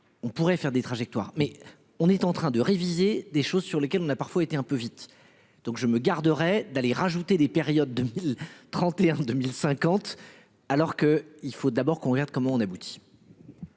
on pourrait faire des trajectoires mais on est en train de réviser des choses sur lesquelles on a parfois été un peu vite. Donc je me garderai d'aller rajouter des périodes de 31 2050 alors que il faut d'abord qu'on regarde comment on aboutit.